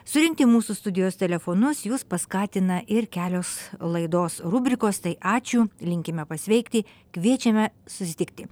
surinkti mūsų studijos telefonus jus paskatina ir kelios laidos rubrikos tai ačiū linkime pasveikti kviečiame susitikti